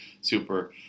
super